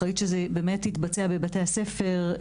אחראית שזה באמת יתבצע בבתי הספר,